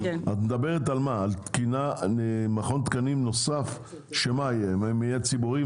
את מדברת על מכון תקנים נוסף, שיהיה ציבורי?